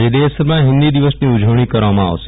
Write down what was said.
આજે દેશભરમાં હિન્દી દિવ્સની ઉજવણી કરવામાં આવશે